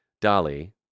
Dolly